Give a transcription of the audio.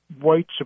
white